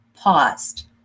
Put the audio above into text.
paused